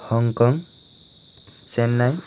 Hong Kong Chennai